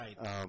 Right